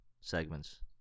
segments